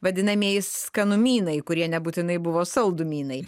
vadinamieji skanumynai kurie nebūtinai buvo saldumynai